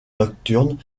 nocturnes